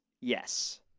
Yes